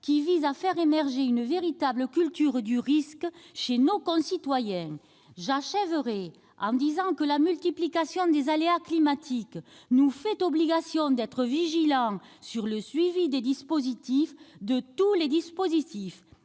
qui vise à faire émerger une véritable culture du risque chez nos concitoyens. J'achèverai mon propos en soulignant que la multiplication des aléas climatiques nous fait obligation d'être vigilants sur le suivi de tous les dispositifs.